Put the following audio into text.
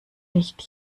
nicht